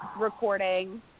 recording